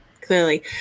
Clearly